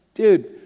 dude